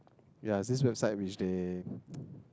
yeah this website which they